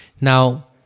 Now